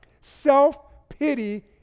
Self-pity